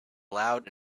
loud